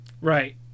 Right